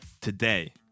Today